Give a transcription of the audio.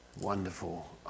Wonderful